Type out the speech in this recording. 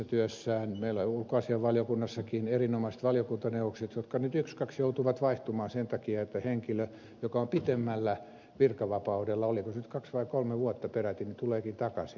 meillä on ulkovaliokunnassakin erinomaiset valiokuntaneuvokset jotka nyt ykskaks joutuvat vaihtumaan sen takia että henkilö joka on ollut pitemmällä virkavapaudella oliko se nyt kaksi vuotta vai peräti kolme tuleekin takaisin